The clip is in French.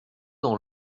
dans